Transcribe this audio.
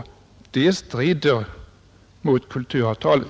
Det strider mot kulturavtalet.